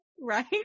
right